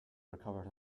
recovered